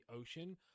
ocean